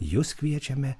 jus kviečiame